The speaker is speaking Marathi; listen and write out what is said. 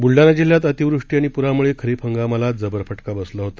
बुलडाणा जिल्ह्यात अतिवृष्टी आणि पुरामुळे खरीप हंगामाला जबर फटका बसला होता